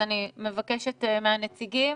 אני מבקשת מהנציגים